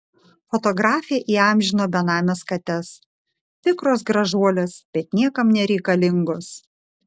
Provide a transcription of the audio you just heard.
fotografė įamžino benames kates tikros gražuolės bet niekam nereikalingos